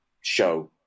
show